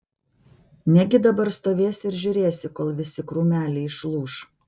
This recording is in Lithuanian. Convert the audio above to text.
negi dabar stovėsi ir žiūrėsi kol visi krūmeliai išlūš